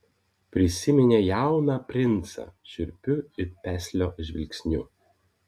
prisiminė jauną princą šiurpiu it peslio žvilgsniu